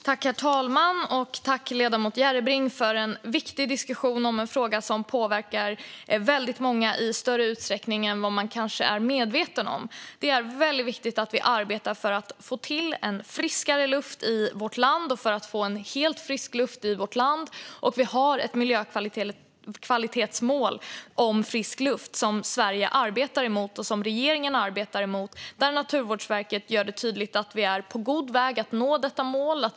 Herr talman! Tack, ledamoten Järrebring, för en viktig diskussion om en fråga som påverkar väldigt många i större utsträckning än vad man kanske är medveten om. Det är väldigt viktigt att vi arbetar för att få till en friskare luft i vårt land och för att få en helt frisk luft i vårt land. Vi har också ett miljökvalitetsmål om frisk luft som Sverige och regeringen arbetar mot. Naturvårdsverket gör det tydligt att vi är på god väg att nå detta mål.